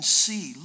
see